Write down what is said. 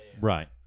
Right